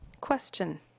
Question